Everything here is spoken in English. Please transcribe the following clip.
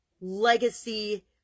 legacy